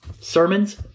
sermons